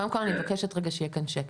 קודם כל אני מבקשת שיהיה כאן שקט.